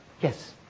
Yes